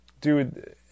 dude